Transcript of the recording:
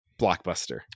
blockbuster